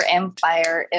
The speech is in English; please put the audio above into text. empire